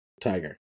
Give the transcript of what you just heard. Tiger